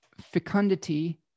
fecundity